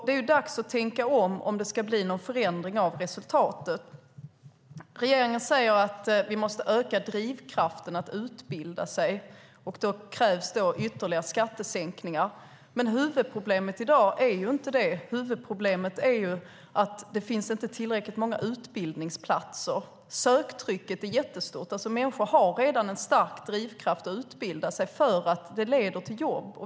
Det är dags att tänka om ifall det ska bli någon förändring av resultatet. Regeringen säger att vi måste öka drivkraften att utbilda sig och att det kräver ytterligare skattesänkningar, men huvudproblemet i dag är inte det. Huvudproblemet är att det inte finns tillräckligt många utbildningsplatser. Söktrycket är jättestort. Människor har redan en stark drivkraft att utbilda sig därför att det leder till jobb.